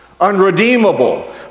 unredeemable